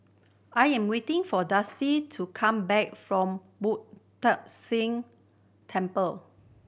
I am waiting for Dusty to come back from Boo Tong San Temple